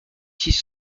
six